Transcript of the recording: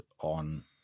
on